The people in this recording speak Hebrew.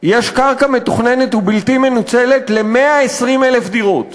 יש קרקע מתוכננת ובלתי מנוצלת ל-120,000 דירות